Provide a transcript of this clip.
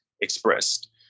expressed